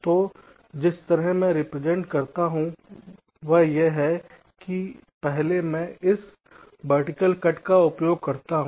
तो जिस तरह से मैं रिप्रजेंट करता हूं वह यह है कि पहले मैं इस वर्टिकल कट का उपयोग करता हूं